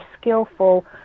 skillful